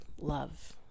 love